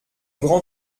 grand